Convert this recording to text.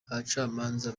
abacamanza